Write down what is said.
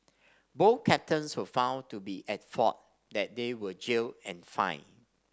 both captains were found to be at fault that they were jailed and fined